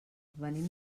venim